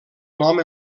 nom